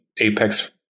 apex